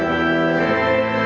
and